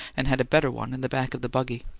and had a better one in the back of the buggy.